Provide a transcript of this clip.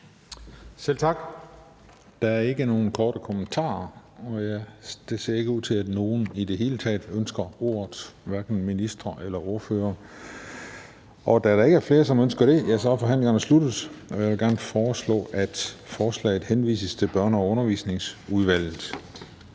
Selv tak. Der er ikke nogen korte bemærkninger, og det ser ikke ud til, at nogen i det hele taget ønsker ordet, hverken ministre eller ordførere. Og da der ikke er flere, som ønsker det, så er forhandlingen sluttet. Jeg vil gerne foreslå, at forslaget til folketingsbeslutning henvises til Børne- og Undervisningsudvalget,